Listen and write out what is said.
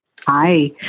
Hi